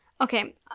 Okay